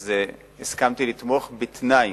אז הסכמתי לתמוך בתנאי,